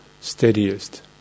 steadiest